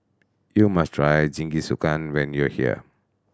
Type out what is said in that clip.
you must try Jingisukan when you are here